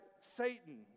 Satan